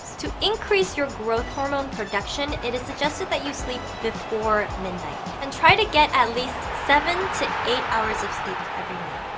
to increase your growth hormone production. it is suggested that you sleep before midnight and try to get at least seven to eight hours of sleep every night.